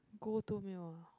go to meal